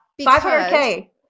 500k